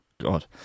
God